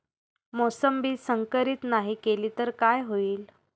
मोसंबी संकरित नाही केली तर काय होईल?